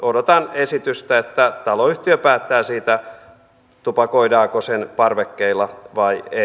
odotan esitystä että taloyhtiö päättää siitä tupakoidaanko sen parvekkeilla vai ei